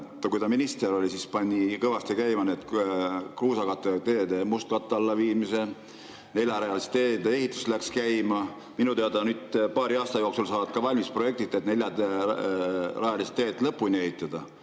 kui ta minister oli, siis ta pani kõvasti käima kruusakattega teede mustkatte alla viimise, neljarealiste teede ehitus läks käima. Minu teada nüüd paari aasta jooksul saavad ka valmis projektid, et neljarajalised teed lõpuni ehitada,